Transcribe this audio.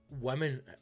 women